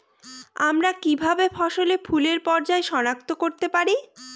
আমরা কিভাবে ফসলে ফুলের পর্যায় সনাক্ত করতে পারি?